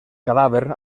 cadàver